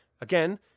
Again